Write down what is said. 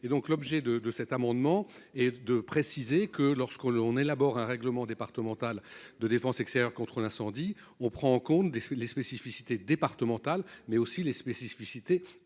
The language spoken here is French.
l'objet de de cet amendement. Et de préciser que lorsque l'on élabore un règlement départemental de défense extérieure contre l'incendie. On prend en compte les spécificités départemental mais aussi les spécificités